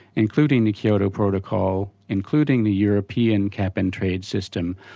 including the kyoto protocol, including the european cap and trade system,